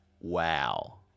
Wow